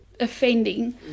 offending